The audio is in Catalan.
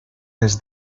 les